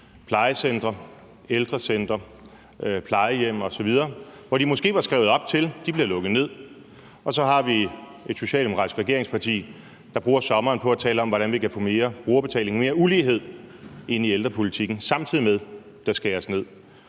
plejecentre, ældrecentre og plejehjem osv., de måske var skrevet op til, blive lukket ned, om, at det ikke sker. Men vi har et socialdemokratisk regeringsparti, der bruger sommeren på at tale om, hvordan vi kan få mere brugerbetaling og mere ulighed ind i ældrepolitikken, samtidig med at der skæres ned.